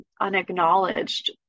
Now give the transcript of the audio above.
unacknowledged